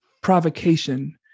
provocation